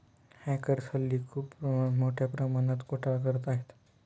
hackers हल्ली खूप मोठ्या प्रमाणात घोटाळा करत आहेत